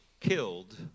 killed